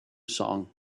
song